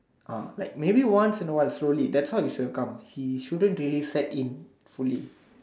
uh like maybe once in awhile slowly that's when he should have come he shouldn't really have sat in fully